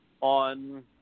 on